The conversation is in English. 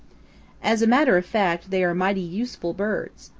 as a matter of fact, they are mighty useful birds.